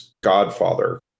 godfather